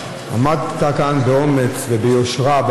עמדת כאן באומץ וביושרה,